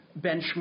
benchmark